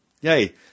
Yay